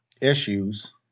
issues